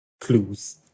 clues